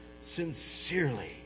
sincerely